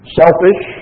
selfish